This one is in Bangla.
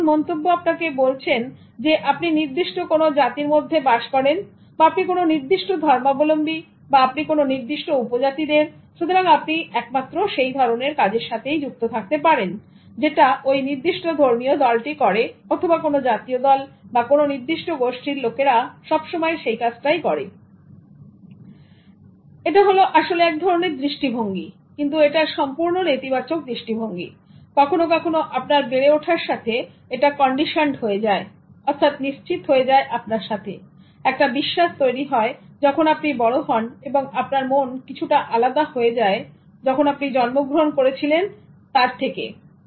এমন মন্তব্য আপনাকে বলছেন যে আপনি নির্দিষ্ট কোন জাতির মধ্যে বাস করেন বা আপনি কোন নির্দিষ্ট ধর্মাবলম্বী বা আপনি কোন নির্দিষ্ট উপজাতিদের সুতরাং আপনি একমাত্র সেই ধরনের কাজের সাথে যুক্ত থাকতে পারেন যেটা ওই নির্দিষ্ট ধর্মীয় দলটি করে অথবা কোন জাতীয় দল বা কোন নির্দিষ্ট গোষ্ঠীর লোকেরা সবসময় এই কাজটা করে সুতরাং এটা হল আসলে এক ধরনের দৃষ্টিভঙ্গি কিন্তু এটা সম্পূর্ণ নেতিবাচক দৃষ্টিভঙ্গি এটা আপনার বেড়ে ওঠার সাথে সাথে কন্ডিশনড হয়ে যায় অর্থাৎ নিশ্চিত হয়ে যায় আপনার সাথে একটা বিশ্বাস তৈরি হয় যখন আপনি বড় হন এবং আপনার মন কিছুটা আলাদা হয়ে যায় যখন আপনি জন্মগ্রহণ করেন এবং বড় হয়ে ওঠার পর